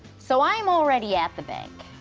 so i am already at the bank,